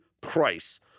price